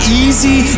easy